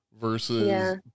versus